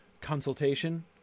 consultation